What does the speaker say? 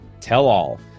tell-all